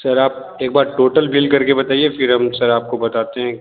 sir आप एक बार टोटल बिल कर के बताइए फिर हम सर आपको बताते हैं